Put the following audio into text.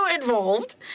involved